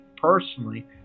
personally